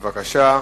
בבקשה.